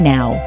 Now